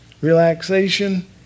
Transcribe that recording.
relaxation